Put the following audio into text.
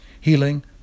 healing